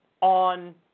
on